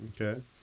Okay